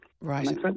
Right